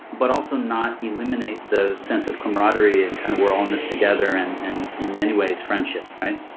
but also not eliminate the sense of camaraderie and kind of we're all on this together and and in many ways friendship, right?